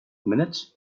minutes